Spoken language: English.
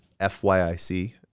FYIC